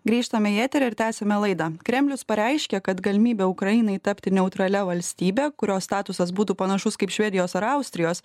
grįžtame į eterį ir tęsiame laidą kremlius pareiškė kad galimybė ukrainai tapti neutralia valstybe kurios statusas būtų panašus kaip švedijos ar austrijos